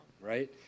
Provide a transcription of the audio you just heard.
right